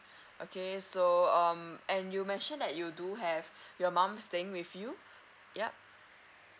okay so um and you mention that you do have your mom staying with you yup